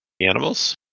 animals